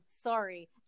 sorry